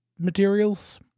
materials